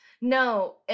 No